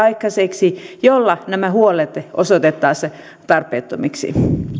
aikaiseksi jolla nämä huolet osoitettaisiin tarpeettomiksi